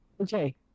Okay